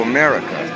America